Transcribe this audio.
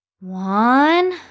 one